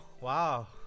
Wow